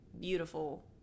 beautiful